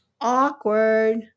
Awkward